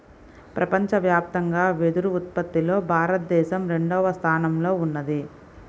ప్రపంచవ్యాప్తంగా వెదురు ఉత్పత్తిలో భారతదేశం రెండవ స్థానంలో ఉన్నది